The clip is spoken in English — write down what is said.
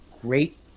great